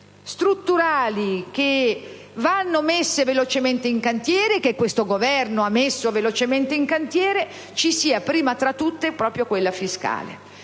strutturali che vanno messe velocemente in cantiere, e che questo Governo ha messo velocemente in cantiere, ci sia prima tra tutte proprio quella fiscale.